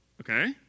Okay